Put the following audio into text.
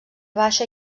baixa